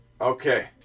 Okay